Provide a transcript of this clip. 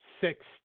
six